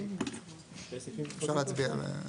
אפשר להצביע.